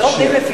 מה לא מובן?